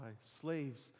slaves